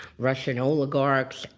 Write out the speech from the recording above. russian oligarchs.